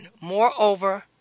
Moreover